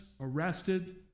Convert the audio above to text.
arrested